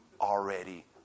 already